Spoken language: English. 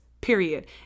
period